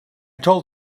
told